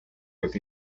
with